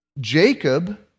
Jacob